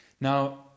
Now